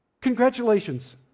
Congratulations